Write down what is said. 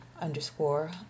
underscore